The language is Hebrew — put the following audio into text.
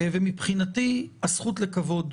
מבחינתי, הזכות לכבוד,